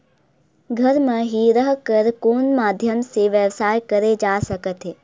घर म हि रह कर कोन माध्यम से व्यवसाय करे जा सकत हे?